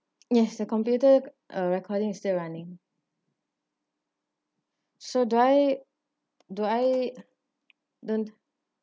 yes the computer uh recording is still running so do I do I don't